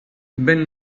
vent